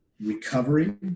recovery